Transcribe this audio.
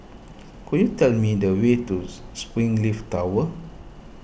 could you tell me the way to Springleaf Tower